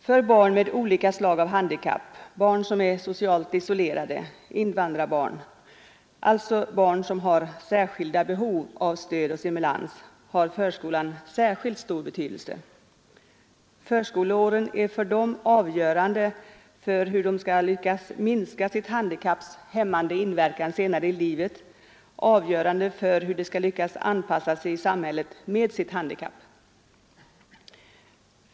För barn med olika slag av handikapp, barn som är socialt isolerade, invandrarbarn, alltså barn som har särskilda behov av stöd och stimulans har förskolan särskilt stor betydelse. Förskoleåren är för dem avgörande för hur de skall lyckas minska sitt handikapps hämmande inverkan senare i livet, avgörande för hur de skall lyckas anpassa sig i samhället med sitt handikapp.